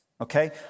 okay